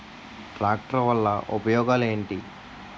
Tractor వల్ల ఉపయోగాలు ఏంటీ?